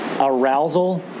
Arousal